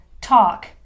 talk